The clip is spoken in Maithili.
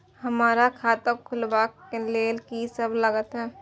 हमरा खाता खुलाबक लेल की सब लागतै?